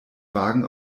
wagen